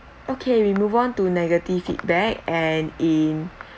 okay we move on to negative feedback and in